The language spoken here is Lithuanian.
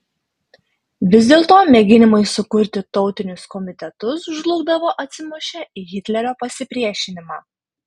vis dėlto mėginimai sukurti tautinius komitetus žlugdavo atsimušę į hitlerio pasipriešinimą